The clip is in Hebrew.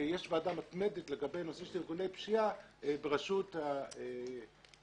גם פה צריך